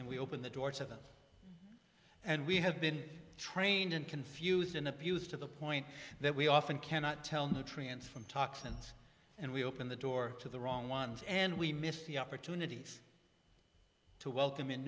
and we open the doors of them and we have been trained and confused in the pews to the point that we often cannot tell nutrients from toxins and we open the door to the wrong ones and we miss the opportunities to welcome in